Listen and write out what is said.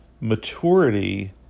maturity